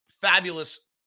fabulous